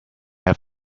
have